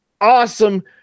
awesome